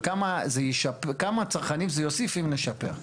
וכמה זה, כמה צרכנים זה יוסיף אם נשפר?